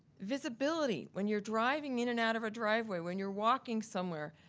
visibility, when you're driving in and out of a driveway, when you're walking somewhere.